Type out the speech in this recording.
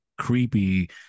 creepy